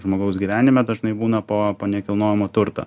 žmogaus gyvenime dažnai būna po po nekilnojamo turto